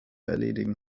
erledigen